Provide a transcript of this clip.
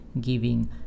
giving